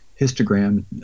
histogram